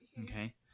Okay